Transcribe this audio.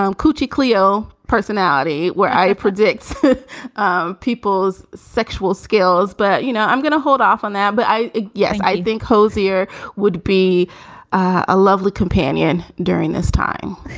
um coochie clio personality where i predict um people's sexual skills but, you know, i'm gonna hold off on that. but i yeah i think hozier would be a lovely companion during this time